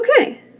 Okay